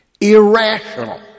irrational